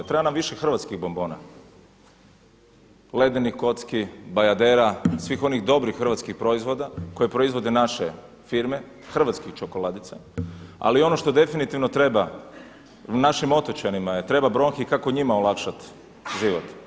Treba nam više hrvatskih bombona, ledenih kocki, bajadera, svih oni dobrih hrvatskih proizvoda koje proizvode naše firme, hrvatskih čokoladica ali ono što definitivno treba našim otočanima, treba bronhi kako njima olakšati život.